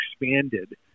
expanded